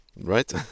Right